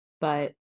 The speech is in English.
But-